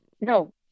No